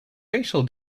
facial